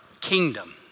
kingdom